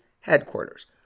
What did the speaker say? headquarters